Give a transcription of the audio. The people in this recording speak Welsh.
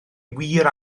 wir